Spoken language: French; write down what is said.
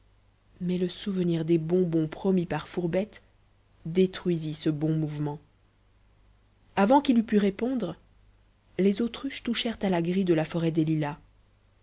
mais le souvenir des bonbons promis par fourbette détruisit ce bon mouvement avant qu'il eût pu répondre les autruches touchèrent à la grille de la forêt des lilas